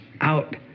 out